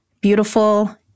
beautiful